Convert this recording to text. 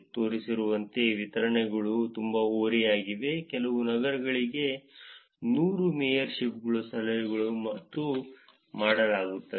ತೋರಿಸಿರುವಂತೆ ವಿತರಣೆಗಳು ತುಂಬಾ ಓರೆಯಾಗಿವೆ ಕೆಲವು ನಗರಗಳಲ್ಲಿ 100 ಮೇಯರ್ಶಿಪ್ ಸಲಹೆಗಳು ಮತ್ತು ಮಾಡಲಾಗುತ್ತದೆ